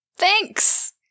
Thanks